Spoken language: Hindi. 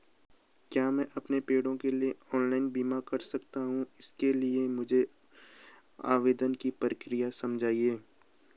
क्या मैं अपने पेड़ों का ऑनलाइन बीमा करा सकता हूँ इसके लिए आप मुझे आवेदन की प्रक्रिया समझाइए?